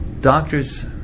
doctors